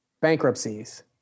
bankruptcies